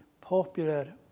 popular